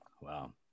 Wow